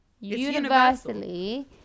universally